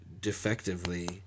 defectively